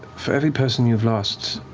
for every person you've lost,